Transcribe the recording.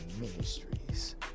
ministries